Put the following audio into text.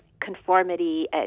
conformity